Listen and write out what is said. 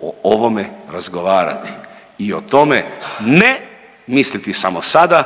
o ovome razgovarati i o tome ne misliti samo sada